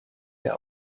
der